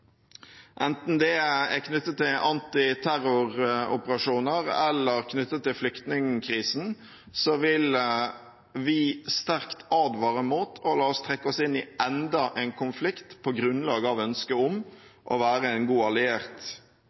Enten det er knyttet til antiterroroperasjoner eller til flyktningkrisen, vil vi sterkt advare mot å la oss trekke inn i enda en konflikt på grunnlag av ønsket om å være en god alliert